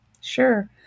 Sure